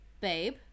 Babe